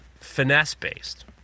finesse-based